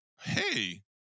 hey